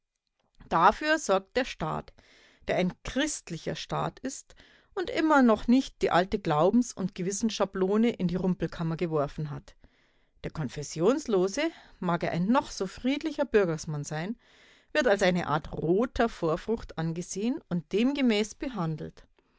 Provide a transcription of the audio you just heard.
dafür sorgt der staat der ein christlicher staat ist und immer noch nicht die alte glaubens und gewissensschablone in die rumpelkammer geworfen hat der konfessionslose mag er ein noch so friedlicher bürgersmann sein wird als eine art roter vorfrucht angesehen und demgemäß behandelt